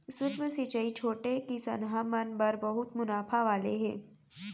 सूक्ष्म सिंचई छोटे किसनहा मन बर बहुत मुनाफा वाला हे